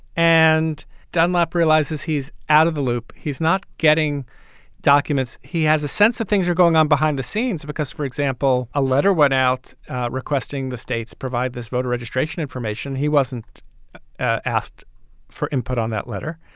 and dunlap realizes he's out of the loop. he's not getting documents. he has a sense that things are going on behind the scenes because, for example, a letter went out requesting the states provide this voter registration information. he wasn't asked for input on that letter.